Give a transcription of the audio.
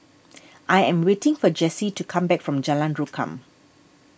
I am waiting for Jessi to come back from Jalan Rukam